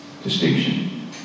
Distinction